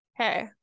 Okay